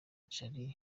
charly